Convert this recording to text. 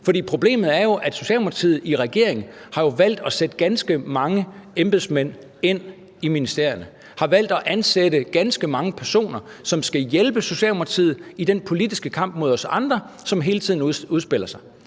problemet er jo, at Socialdemokratiet i regering har valgt at sætte ganske mange embedsmænd ind i ministerierne; har valgt at ansætte ganske mange personer, som skal hjælpe Socialdemokratiet i den politiske kamp mod os andre, som hele tiden udspiller sig.